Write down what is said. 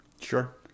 Sure